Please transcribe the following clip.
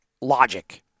logic